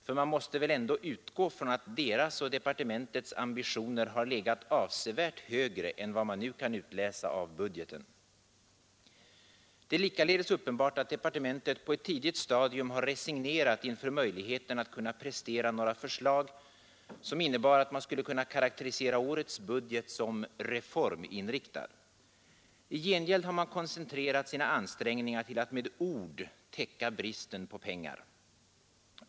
För man måste väl ändå utgå från att deras och departementets ambitioner har legat avsevärt högre än vad man nu kan utläsa av budgeten. Det är likaledes uppenbart att departementet på ett tidigt stadium har resignerat inför möjligheterna att prestera några förslag som innebar att man skulle kunna karakterisera årets budget som reforminriktad. I gengäld har man koncentrerat sina ansträngningar till att med ord täcka bristen på pengar.